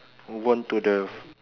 move on to the